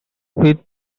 with